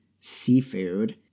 seafood